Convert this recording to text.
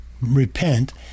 repent